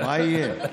מה יהיה?